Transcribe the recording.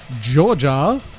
Georgia